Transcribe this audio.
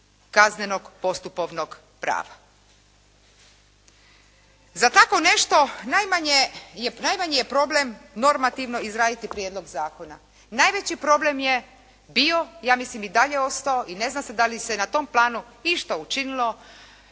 kaznenog postupovnog prava. Za tako nešto najmanji je problem normativno izraditi prijedlog zakona. Najveći problem je bio, ja mislim i dalje ostao i ne zna se da li se na tom planu išta učinilo